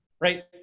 right